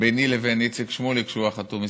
ביני לבין חבר הכנסת איציק שמולי, שהוא החתום.